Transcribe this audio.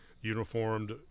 uniformed